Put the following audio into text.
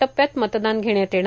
टप्प्यात मतदान घेण्यात येणार